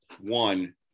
One